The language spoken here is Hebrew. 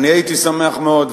אני הייתי שמח מאוד,